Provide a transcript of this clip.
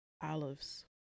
olives